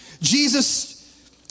Jesus